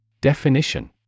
Definition